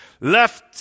Left